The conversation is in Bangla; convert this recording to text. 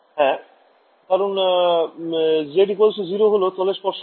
হ্যাঁ কারণ z0 হল তলের স্পর্শক